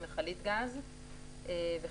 אני